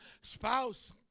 spouse